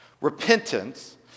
Repentance